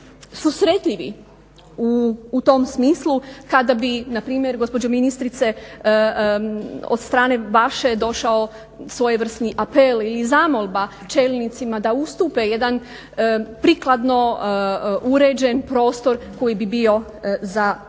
susretljivi u tom smislu kada bi npr. gospođo ministrice od strane vaše došao svojevrsni apel ili zamolba čelnicima da ustupe jedan prikladno uređen prostor koji bi bio za tu